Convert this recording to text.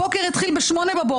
הבוקר התחיל ב-08:00.